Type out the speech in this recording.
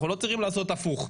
אנחנו לא צריכים לעשות הפוך.